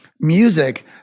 Music